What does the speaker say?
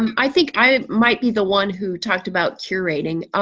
um i think i might be the one who talked about curating.